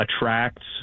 attracts